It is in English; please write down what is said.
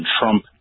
Trump